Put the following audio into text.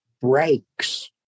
breaks